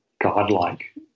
Godlike